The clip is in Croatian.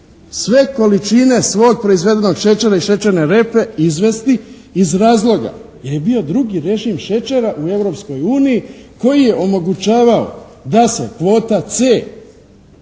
sve količine svog proizvedenog šećera i šećerne repe izvesti iz razloga jer je bio drugi režim šećera u Europskoj uniji koji je omogućavao da se kvota